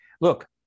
Look